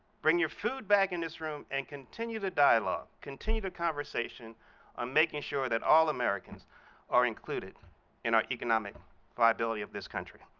bring your food back in this room and continue to dialogue, continue the conversation on um making sure that all americans are included in our economic liability of this country.